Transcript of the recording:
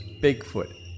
Bigfoot